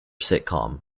sitcom